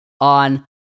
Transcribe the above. on